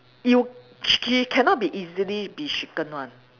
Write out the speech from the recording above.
you ch~ she cannot be easily be shaken [one]